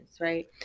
right